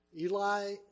Eli